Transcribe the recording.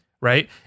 right